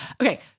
Okay